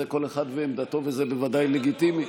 כל אחד ועמדתו, וזה בוודאי לגיטימי.